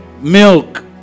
Milk